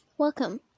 Welcome